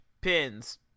pins